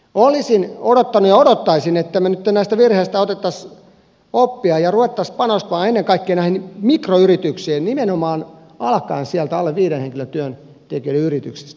olisin odottanut ja odottaisin että me nytten näistä virheistä ottaisimme oppia ja rupeaisimme panostamaan ennen kaikkea näihin mikroyrityksiin nimenomaan alkaen sieltä alle viiden työntekijän yrityksistä